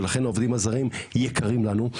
ולכן העובדים הזרים יקרים לנו,